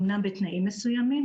אמנם בתנאים מסוימים.